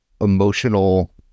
emotional